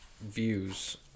views